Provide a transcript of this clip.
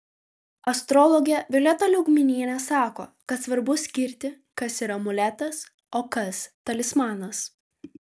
astrologė violeta liaugminienė sako kad svarbu skirti kas yra amuletas o kas talismanas